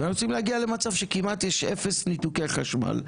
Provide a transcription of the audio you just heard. ואנחנו רוצים להגיע למצב שכמעט יש אפס ניתוקי חשמל,